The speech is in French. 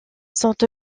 sont